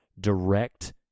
direct